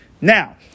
Now